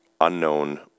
unknown